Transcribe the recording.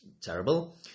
terrible